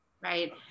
Right